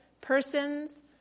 persons